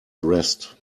dressed